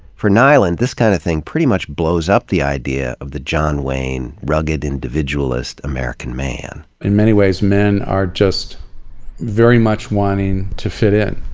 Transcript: for nylund, this kind of thing pretty much blows up the idea of the john wayne, rugged individualist american man. in many ways men are just very much wanting to fit in.